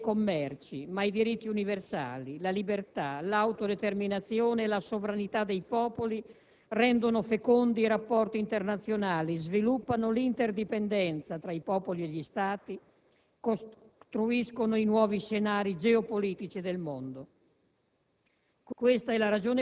Non solo l'economia e i commerci ma i diritti universali, la libertà, l'autodeterminazione e la sovranità dei popoli rendono fecondi i rapporti internazionali, sviluppano l'interdipendenza tra i popoli e gli Stati, costruiscono i nuovi scenari geopolitici del mondo.